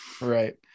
Right